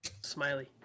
Smiley